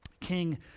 King